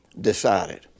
decided